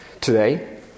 Today